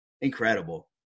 Incredible